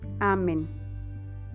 Amen